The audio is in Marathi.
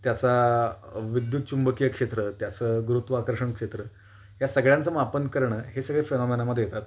त्याचा विद्युतचुंबकीय क्षेत्र त्याचं गुरुत्वाकर्षण क्षेत्र या सगळ्यांचं मापन करणं हे सगळे फिनामेनामध्ये येतात